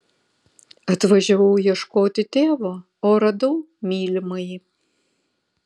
atvažiavau ieškoti tėvo o radau mylimąjį